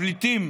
הפליטים